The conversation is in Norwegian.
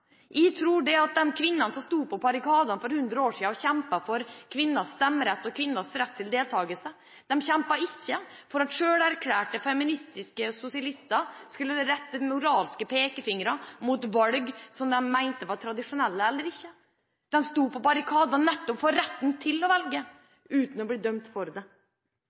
tror at de kvinnene som sto på barrikadene for 100 år siden og kjempet for kvinners stemmerett og kvinners rett til deltakelse, ikke kjempet for at selverklærte feministiske sosialister skulle rette moralske pekefingre mot valg som de mente var tradisjonelle, eller ikke. De sto på barrikadene nettopp for retten til å velge uten å bli dømt for det.